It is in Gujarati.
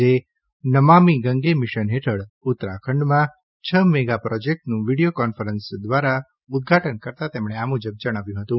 આજે નમામી ગંગે મિશન હેઠળ ઉત્તરાખંડમાં છ મેગા પ્રોજેક્ટનું વીડિયો કોન્ફરન્સ દ્વારા ઉદ્વાટન કર તાં તેમણે આ મુજબ જણાવ્યું હતું